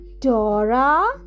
Dora